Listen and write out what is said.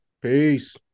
Peace